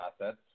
assets